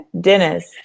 Dennis